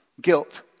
Guilt